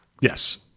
Yes